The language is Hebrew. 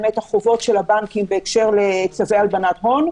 החובות של הבנקים בהקשר לצווי הלבנת הון,